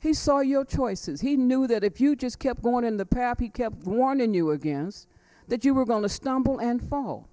he saw your choices he knew that if you just kept going in the pappy kept warning you again that you were going to stumble and fall